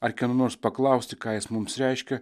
ar kieno nors paklausti ką jis mums reiškia